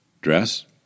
Dress